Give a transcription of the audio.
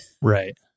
Right